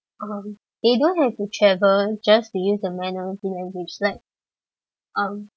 um they don't have to travel just to use the minority language like um